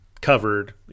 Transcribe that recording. covered